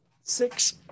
six